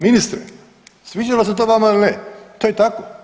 Ministre sviđalo se to vama ili ne, to je tako.